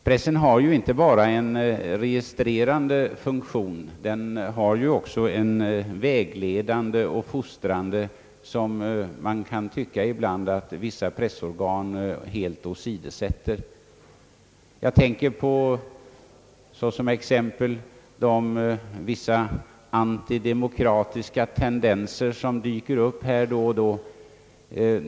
Pressen har ju inte bara en registrerande funktion utan också en vägledande och fostrande uppgift, som man ibland kan tycka att vissa pressorgan helt åsidosätter. Pressen har exempelvis en ytterst viktig roll när det gäller att bemästra vissa antidemokratiska tendenser som dyker upp då och då.